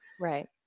Right